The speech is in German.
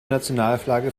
nationalflagge